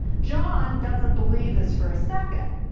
john doesn't believe this for a second,